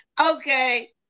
Okay